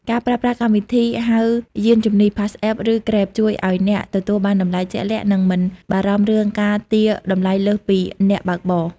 ការប្រើប្រាស់កម្មវិធីហៅយានជំនិះ PassApp ឬ Grab ជួយឱ្យអ្នកទទួលបានតម្លៃជាក់លាក់ និងមិនបារម្ភរឿងការទារតម្លៃលើសពីអ្នកបើកបរ។